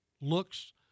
looks